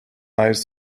lies